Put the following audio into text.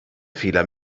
fehler